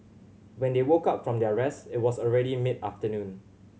when they woke up from their rest it was already mid afternoon